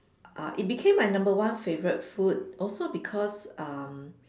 uh it became my number one favourite food also because um